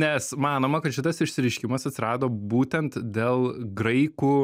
nes manoma kad šitas išsireiškimas atsirado būtent dėl graikų